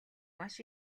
маш